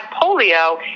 polio